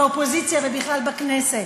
באופוזיציה ובכלל בכנסת.